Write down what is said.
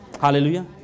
hallelujah